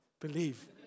believe